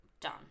done